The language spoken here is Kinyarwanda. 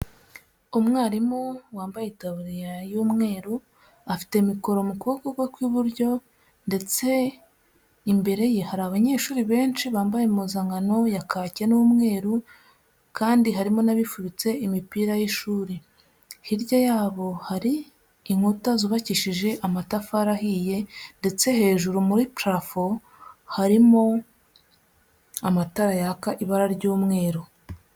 Umwarimu wambaye itaburiya y'umweru, afite mikoro mu kuboko kwe kw'iburyo, ndetse imbere ye hari abanyeshuri benshi bambaye impuzankano ya kaki n'umweru, kandi harimo n'abifubitse imipira y'ishuri, hirya yabo hari inkuta zubakishije amatafari ahiye, ndetse hejuru muri parafo harimo amatara yaka ibara ry'umweru.